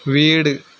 വീട്